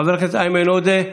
חבר הכנסת איימן עודה,